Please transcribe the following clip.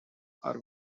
are